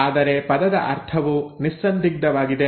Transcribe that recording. ಆದರೆ ಪದದ ಅರ್ಥವು ನಿಸ್ಸಂದಿಗ್ಧವಾಗಿದೆ